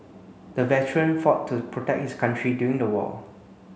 the veteran fought to protect his country during the war